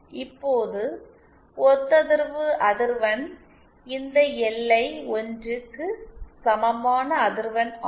இப்போது ஒத்ததிர்வு அதிர்வெண் இந்த எல்ஐ 1 க்கு சமமான அதிர்வெண் ஆகும்